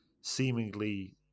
seemingly